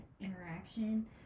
interaction